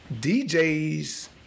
DJs